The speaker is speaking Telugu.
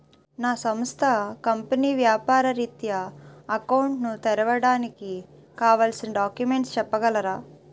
నా సంస్థ కంపెనీ వ్యాపార రిత్య అకౌంట్ ను తెరవడానికి కావాల్సిన డాక్యుమెంట్స్ చెప్పగలరా?